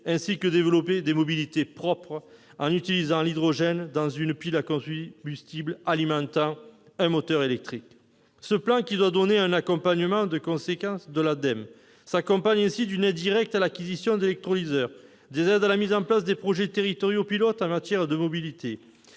ensuite, développer des « mobilités propres », en utilisant l'hydrogène dans une pile à combustible alimentant un moteur électrique. Ce plan, qui doit donner lieu à un accompagnement important de l'Ademe, est assorti d'une aide directe à l'acquisition d'électrolyseurs, d'aides à la mise en place de projets territoriaux pilotes en matière de mobilité,